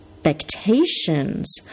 expectations